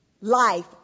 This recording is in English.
life